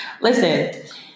listen